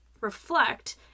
reflect